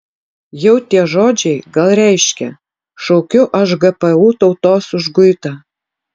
jau tie žodžiai gal reiškia šaukiu aš gpu tautos užguitą